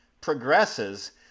progresses